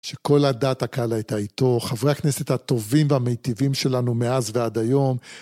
שכל הדעת הקהל הייתה איתו, חברי הכנסת הטובים והמיטיבים שלנו מאז ועד היום.